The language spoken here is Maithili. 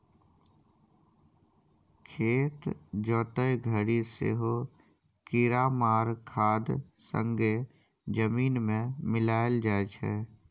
खेत जोतय घरी सेहो कीरामार खाद संगे जमीन मे मिलाएल जाइ छै